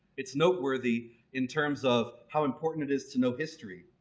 it's noteworthy in terms of how important it is to know history.